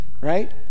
right